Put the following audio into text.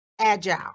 agile